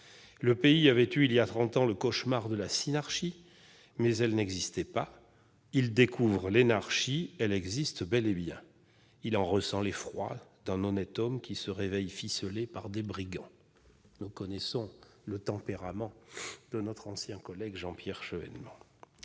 Le pays avait eu, il y a trente ans, le cauchemar de la Synarchie, mais elle n'existait pas. Il découvre l'Énarchie, elle existe bel et bien. Il en ressent l'effroi d'un honnête homme qui se réveille ficelé par des brigands. » Nous reconnaissons là le tempérament de notre ancien collègue Jean-Pierre Chevènement